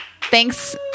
Thanks